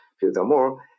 Furthermore